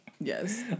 yes